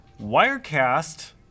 Wirecast